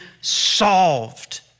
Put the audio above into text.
solved